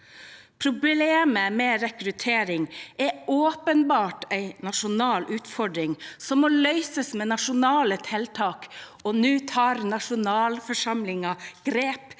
Problemet med rekruttering er åpenbart en nasjonal utfordring, som må løses med nasjonale tiltak. Nå tar nasjonalforsamlingen grep,